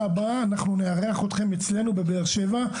הבאה אנחנו נארח אתכם אצלנו בבאר שבע.